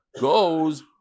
goes